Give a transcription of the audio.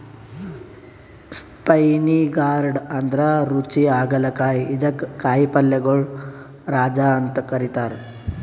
spiny gourd ಅಂದ್ರ ರುಚಿ ಹಾಗಲಕಾಯಿ ಇದಕ್ಕ್ ಕಾಯಿಪಲ್ಯಗೊಳ್ ರಾಜ ಅಂತ್ ಕರಿತಾರ್